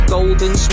Golden